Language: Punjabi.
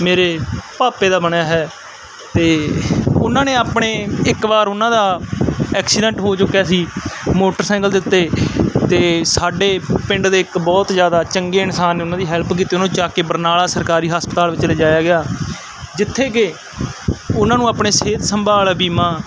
ਮੇਰੇ ਭਾਪੇ ਦਾ ਬਣਿਆ ਹੈ ਤੇ ਉਹਨਾਂ ਨੇ ਆਪਣੇ ਇੱਕ ਵਾਰ ਉਹਨਾਂ ਦਾ ਐਕਸੀਡੈਂਟ ਹੋ ਚੁੱਕਿਆ ਸੀ ਮੋਟਰਸਾਈਕਲ ਦੇ ਉੱਤੇ ਤੇ ਸਾਡੇ ਪਿੰਡ ਦੇ ਇੱਕ ਬਹੁਤ ਜ਼ਿਆਦਾ ਚੰਗੇ ਇਨਸਾਨ ਨੇ ਉਹਨਾਂ ਦੀ ਹੈਲਪ ਕੀਤੀ ਉਹਨਾਂ ਨੂੰ ਚੱਕ ਕੇ ਬਰਨਾਲਾ ਸਰਕਾਰੀ ਹਸਪਤਾਲ ਵਿੱਚ ਲਿਜਾਇਆ ਗਿਆ ਜਿੱਥੇ ਕਿ ਉਹਨਾਂ ਨੂੰ ਆਪਣੇ ਸਿਹਤ ਸੰਭਾਲ ਬੀਮਾ